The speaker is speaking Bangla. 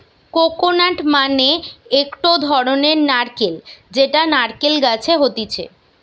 কোকোনাট মানে একটো ধরণের নারকেল যেটা নারকেল গাছে হতিছে